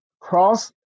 cross